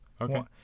Okay